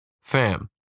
Fam